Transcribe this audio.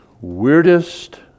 weirdest